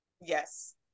Yes